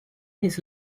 his